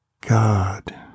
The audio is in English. God